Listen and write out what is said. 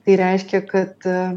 tai reiškia kad